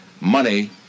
money